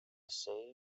sea